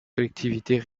collectivités